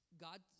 God